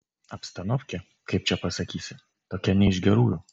abstanovkė kaip čia pasakysi tokia ne iš gerųjų